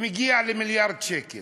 ומגיע למיליארד שקל